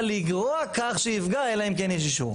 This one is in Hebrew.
לגרוע כך שיפגע אלא אם כן יש אישור.